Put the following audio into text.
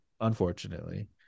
unfortunately